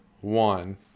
one